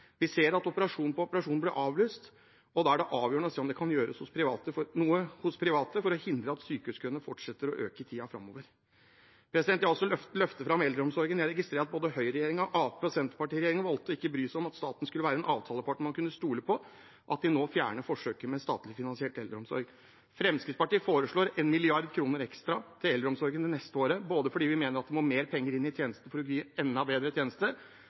avgjørende å se om det kan gjøres noe hos private for å hindre at sykehuskøene fortsetter å øke i tiden framover. Jeg vil også løfte fram eldreomsorgen. Jeg registrerer at både høyreregjeringen og Arbeiderparti–Senterparti-regjeringen har valgt å ikke bry seg om at staten skulle være en avtalepartner man kunne stole på, og nå fjerner forsøket med statlig finansiert eldreomsorg. Fremskrittspartiet foreslår 1 mrd. kr ekstra til eldreomsorgen det neste året fordi vi mener det må mer penger inn i tjenesten for å gi en enda bedre